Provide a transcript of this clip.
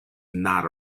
not